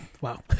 Wow